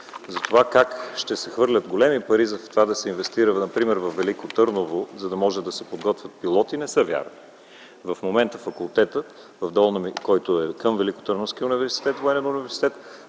за това как ще се хвърлят големи пари да се инвестира например във Велико Търново, за да може да се подготвят пилоти, не са верни. В момента факултетът, който е към Великотърновския военен университет,